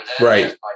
right